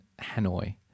Hanoi